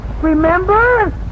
Remember